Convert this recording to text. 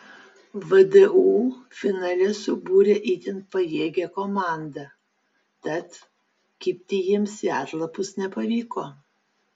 vdu finale subūrė itin pajėgią komandą tad kibti jiems į atlapus nepavyko